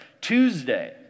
Tuesday